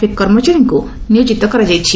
ଫିକ୍ କର୍ମଚାରୀଙ୍କୁ ନିୟୋଜିତ କରାଯାଇଛି